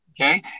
Okay